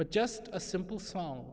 but just a simple song